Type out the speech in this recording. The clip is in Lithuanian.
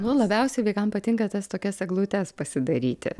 nu labiausiai vaikam patinka tas tokias eglutes pasidaryti